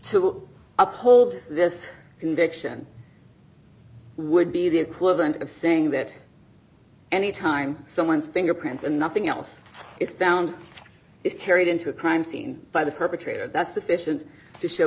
to uphold this conviction would be the equivalent of saying that any time someone's fingerprints and nothing else is found is carried into a crime scene by the perpetrator that's sufficient to show